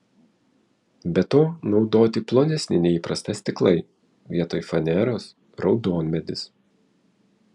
be to naudoti plonesni nei įprasta stiklai vietoj faneros raudonmedis